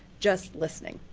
just listening.